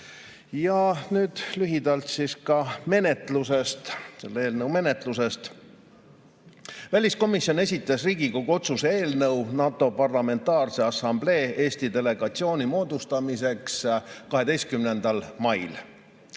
Ja nüüd lühidalt ka selle eelnõu menetlusest. Väliskomisjon esitas Riigikogu otsuse eelnõu NATO Parlamentaarse Assamblee Eesti delegatsiooni moodustamiseks 12. mail.